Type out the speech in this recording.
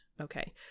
Okay